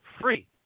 free